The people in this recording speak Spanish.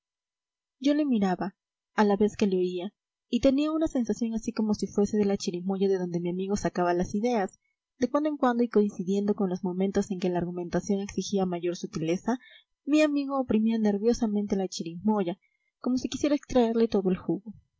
yo le miraba a la vez que le oía y tenía una sensación así como si fuese de la chirimoya de donde mi amigo sacaba las ideas de cuando en cuando y coincidiendo con los momentos en que la argumentación exigía mayor sutileza mi amigo oprimía nerviosamente la chirimoya como si quisiera extraerle todo el jugo